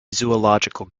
zoological